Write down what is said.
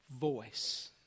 voice